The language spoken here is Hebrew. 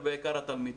בעיקר התלמידים.